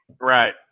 Right